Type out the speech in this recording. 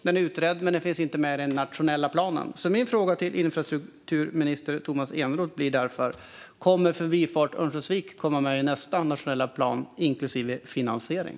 Den är utredd men finns inte med i den nationella planen. Min fråga till infrastrukturminister Tomas Eneroth blir därför: Kommer Förbifart Örnsköldsvik med i nästa nationella plan, inklusive finansiering?